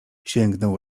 sięgnął